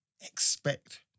expect